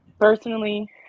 personally